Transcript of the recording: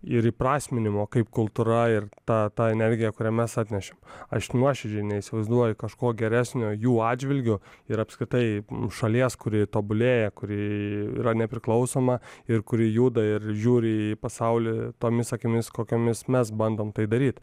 ir įprasminimo kaip kultūra ir ta ta energija kurią mes atnešėm aš nuoširdžiai neįsivaizduoju kažko geresnio jų atžvilgiu ir apskritai šalies kuri tobulėja kuri yra nepriklausoma ir kuri juda ir žiūri į pasaulį tomis akimis kokiomis mes bandom tai daryt